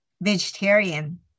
vegetarian